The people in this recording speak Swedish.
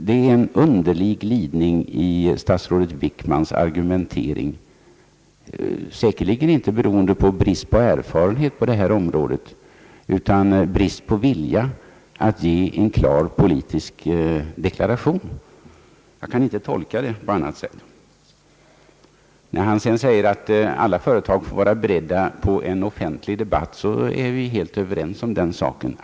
Det är en underlig glidning i statsrådet Wickmans argumentering som säkerligen inte beror på bristande erfarenhet inom detta område. Snarare är det fråga om bristande vilja att ge en klar politisk deklaration; jag kan inte tolka det på annat sätt. När sedan herr Wickman säger att alla företag får vara beredda på en offentlig debatt så är vi helt överens om den saken.